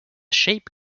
shape